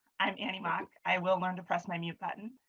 and and um i i will learn the press menu button.